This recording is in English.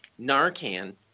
Narcan